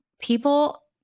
people